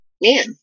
man